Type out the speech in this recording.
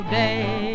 day